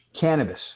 Cannabis